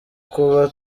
kuba